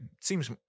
seems